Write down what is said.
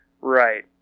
Right